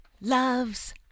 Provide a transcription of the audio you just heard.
loves